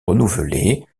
renouvelés